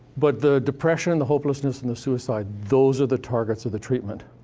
but the depression, the hopelessness, and the suicide those are the targets of the treatment.